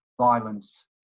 violence